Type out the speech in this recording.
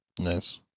Nice